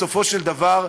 בסופו של דבר,